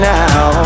now